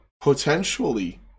potentially